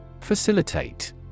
Facilitate